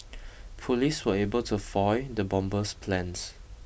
police were able to foil the bomber's plans